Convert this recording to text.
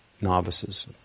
novices